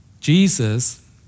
Jesus